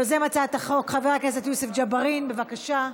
יוזם הצעת החוק חבר הכנסת יוסף ג'בארין, בבקשה,